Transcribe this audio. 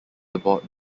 aboard